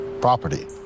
property